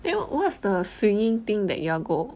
then what what's the swinging thing that y'all go